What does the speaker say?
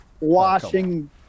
washing